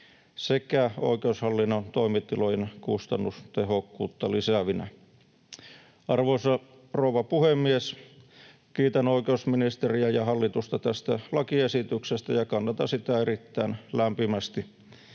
sekä oikeushallinnon toimitilojen kustannustehokkuutta lisäävinä. Arvoisa rouva puhemies! Kiitän oikeusministeriä ja hallitusta tästä lakiesityksestä ja kannatan sitä erittäin lämpimästi.